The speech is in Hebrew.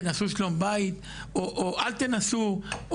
תנסו שלום בית או אל תנסו,